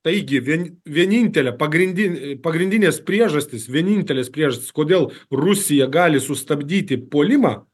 taigi vien vienintelė pagrindin pagrindinės priežastys vienintelės priežastys kodėl rusija gali sustabdyti puolimą